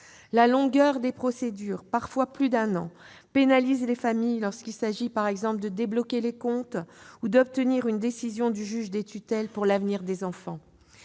La longueur des procédures- parfois plus d'un an -pénalise les familles lorsqu'il s'agit, par exemple, de débloquer les comptes, ou encore d'obtenir une décision du juge des tutelles pour l'avenir des enfants.